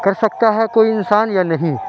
کر سکتا ہے کوئی انسان یا نہیں